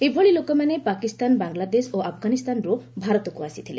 ଏଭଳି ଲୋକମାନେ ପାକିସ୍ତାନ ବାଂଲାଦେଶ ଓ ଆଫଗାନିସ୍ଥାନରୁ ଭାରତକୁ ଆସିଥିଲେ